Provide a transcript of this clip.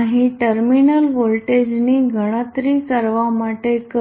અહીં ટર્મિનલ વોલ્ટેજની ગણતરી કરવા માટે કરો